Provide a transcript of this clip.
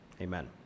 amen